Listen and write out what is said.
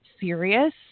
serious